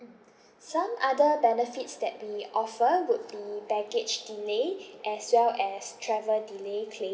mm some other benefits that we offer would be baggage delay as well as travel delay claims